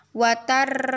watar